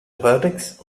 vertex